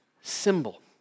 symbol